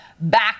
back